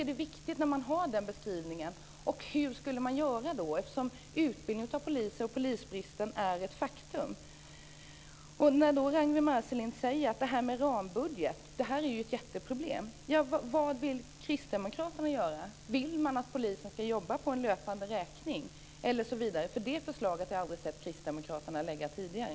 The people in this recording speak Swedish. Det är viktigt att med den beskrivningen veta hur man ska göra. Utbildningen av poliser och polisbristen är ett faktum. När Ragnwi Marcelind säger att rambudget är ett jätteproblem undrar jag vad kristdemokraterna vill göra. Vill kristdemokraterna att polisen ska jobba på löpande räkning osv.? Det förslaget har jag aldrig sett kristdemokraterna lägga fram tidigare.